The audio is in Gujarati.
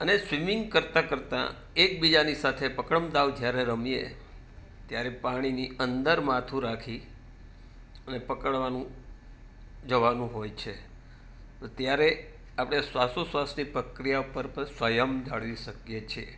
અને સ્વિમિંંગ કરતાં કરતાં એકબીજાની સાથે પકડમ દાવ જ્યારે રમીએ ત્યારે પાણીની અંદર માથું રાખી અને પકડવાનું જવાનું હોય છે તો ત્યારે આપણે શ્વાસોચ્છવાસની પક્રિયા પર પણ સંયમ જાળવી શકીએ છે